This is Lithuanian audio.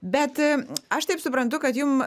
bet aš taip suprantu kad jum